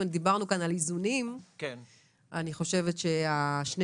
דיברנו כאן על איזונים ואני חושבת ששני